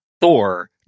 Thor